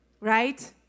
right